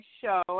show